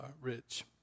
rich